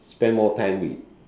spend more time with